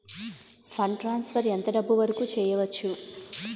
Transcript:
Fund transfer ఎంత డబ్బు వరుకు చేయవచ్చు?